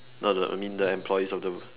no no I mean the employees of the